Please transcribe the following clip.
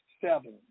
seven